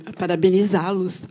parabenizá-los